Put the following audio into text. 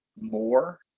more